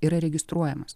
yra registruojamas